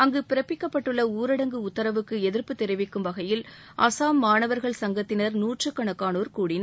அங்கு பிறப்பிக்கப்பட்டுள்ள ஊரடங்கு உத்தரவுக்கு எதிர்ப்பு தெரிவிக்கும் வகையில் அசாம் மாணவர்கள் சங்கத்தினர் நூற்றுக்கணக்கானோர் கூடினர்